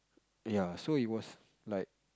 ya so it was like